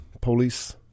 police